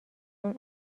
اون